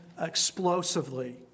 explosively